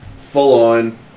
Full-on